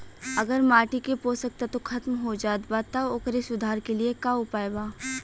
अगर माटी के पोषक तत्व खत्म हो जात बा त ओकरे सुधार के लिए का उपाय बा?